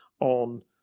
on